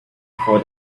for